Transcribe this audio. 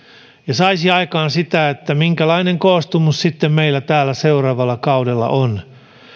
saisi aikaan sen minkälainen koostumus sitten meillä täällä seuraavalla kaudella on